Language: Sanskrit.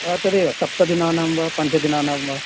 तदेव सप्तदिनानां वा पञ्चदिनानां वा